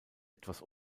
etwas